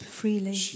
freely